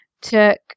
took